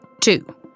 Two